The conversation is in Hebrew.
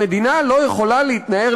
המדינה לא יכולה להתנער,